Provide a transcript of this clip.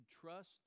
trust